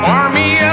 army